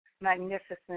magnificent